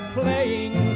playing